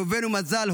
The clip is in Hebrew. ראובן ומזל,